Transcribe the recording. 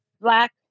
black